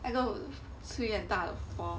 吹很大的风